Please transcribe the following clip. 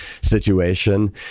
situation